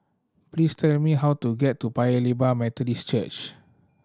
please tell me how to get to Paya Lebar Methodist Church